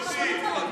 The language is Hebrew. אנחנו קולגות.